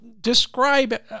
describe